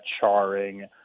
charring